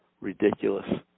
ridiculous